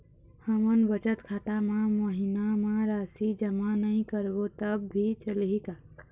हमन बचत खाता मा महीना मा राशि जमा नई करबो तब भी चलही का?